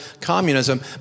communism